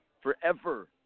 forever